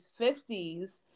50s